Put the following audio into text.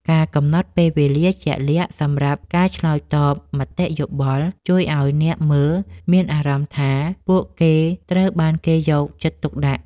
ការកំណត់ពេលវេលាជាក់លាក់សម្រាប់ការឆ្លើយតបមតិយោបល់ ជួយឱ្យអ្នកមើលមានអារម្មណ៍ថាពួកគេត្រូវបានគេយកចិត្តទុកដាក់។